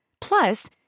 Plus